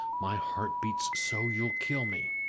my heart beats so you'll kill me!